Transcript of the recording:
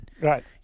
Right